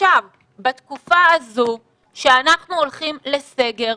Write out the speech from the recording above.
עכשיו בתקופה הזו שאנחנו הולכים לסגר,